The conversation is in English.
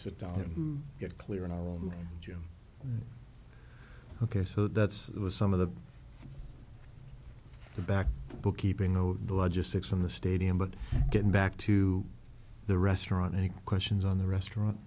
sit down and get clear in our room jim ok so that's that was some of the the back bookkeeping no the largest six in the stadium but getting back to the restaurant any questions on the restaurant